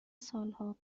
سالها